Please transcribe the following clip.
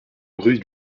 rue